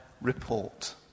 report